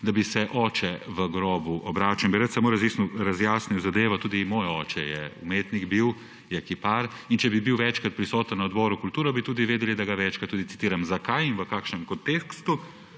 da bi se oče v grobu obračal, in bi rad samo razjasnil zadevo. Tudi moj oče je bil umetnik, je kipar, in če bi bili večkrat prisotni na Odboru za kulturo, bi vedeli, da ga tudi večkrat citiram. Zakaj in v kakšnem kontekstu?